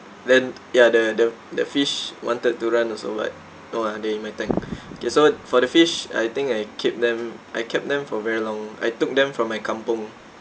then ya the the the fish wanted to run also but no ah they're in my tank K so for the fish I think I keep them I kept them for very long I took them from my kampung